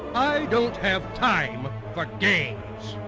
i don't have time for games.